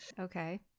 Okay